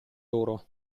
loro